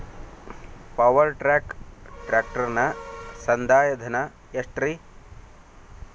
Power track ಟ್ರ್ಯಾಕ್ಟರನ ಸಂದಾಯ ಧನ ಎಷ್ಟ್ ರಿ?